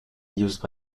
used